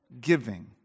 giving